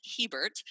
Hebert